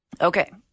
Okay